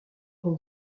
qu’on